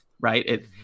Right